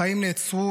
החיים נעצרו,